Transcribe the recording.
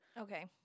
Okay